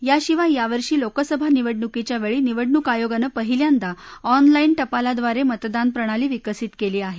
याशिवाय यावर्षी लोकसभा निवडणुकीच्या वेळी निवडणूक आयोगानं पहिल्यांदा ऑनलाईन टपालाब्रारे मतदान प्रणाली विकसित केली आहे